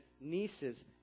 nieces